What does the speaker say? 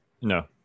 No